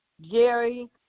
Jerry